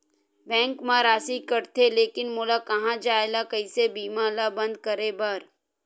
Bank मा राशि कटथे लेकिन मोला कहां जाय ला कइसे बीमा ला बंद करे बार?